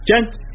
Gents